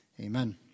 Amen